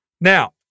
Now